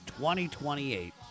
2028